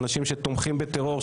אנשים שתומכים בטרור,